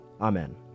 Amen